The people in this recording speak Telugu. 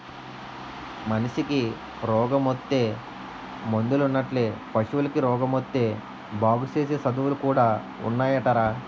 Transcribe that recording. మనిసికి రోగమొత్తే మందులున్నట్లే పశువులకి రోగమొత్తే బాగుసేసే సదువులు కూడా ఉన్నాయటరా